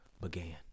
began